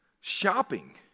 Shopping